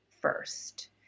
first